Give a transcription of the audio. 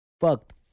fucked